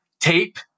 tape